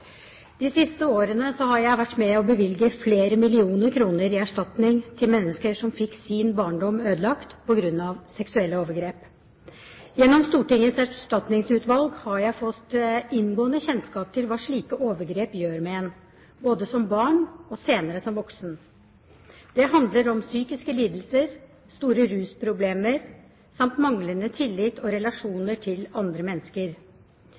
De siste årene har jeg vært med på å bevilge flere millioner kroner i erstatning til mennesker som har fått sin barndom ødelagt på grunn av seksuelle overgrep. Gjennom Stortingets erstatningsutvalg har jeg fått inngående kjennskap til hva slike overgrep gjør med en – både som barn og senere som voksen. Det handler om psykiske lidelser, store rusproblemer samt manglende tillit og relasjoner til andre mennesker.